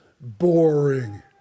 boring